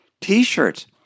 T-shirts